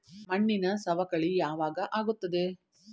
ಮಣ್ಣಿನ ಸವಕಳಿ ಯಾವಾಗ ಆಗುತ್ತದೆ?